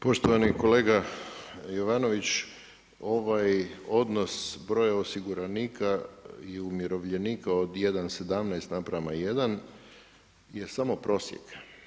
Poštovani kolega Jovanović, ovaj odnos broja osiguranika i umirovljenika od 1,17:1 je samo prosjek.